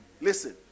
Listen